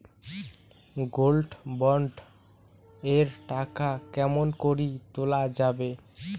Gold bond এর টাকা কেমন করি তুলা যাবে?